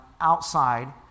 outside